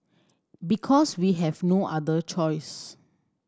because we have no other choice